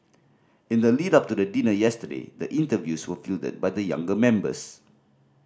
in the lead up to the dinner yesterday the interviews were fielded by the younger members